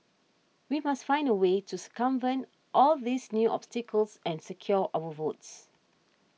we must find a way to circumvent all these new obstacles and secure our votes